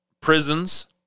prisons